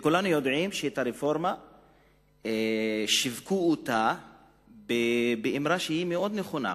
כולנו יודעים שאת הרפורמה שיווקו באמרה נכונה מאוד.